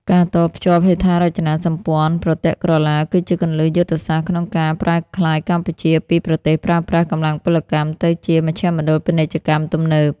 ការតភ្ជាប់ហេដ្ឋារចនាសម្ព័ន្ធប្រទាក់ក្រឡា គឺជាគន្លឹះយុទ្ធសាស្ត្រក្នុងការប្រែក្លាយកម្ពុជាពី "ប្រទេសប្រើប្រាស់កម្លាំងពលកម្ម" ទៅជា "មជ្ឈមណ្ឌលពាណិជ្ជកម្មទំនើប"។